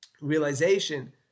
realization